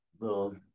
little